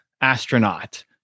astronaut